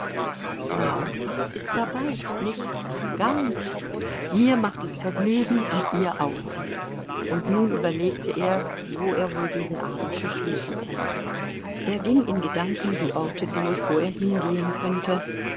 na und was ist dabei nichts gar nichts mir macht es vergnügen und ihr auch und nun überlegte er wo er wohl diesen abend beschließen könne er ging in gedanken die orte durch wo er hingehen könnte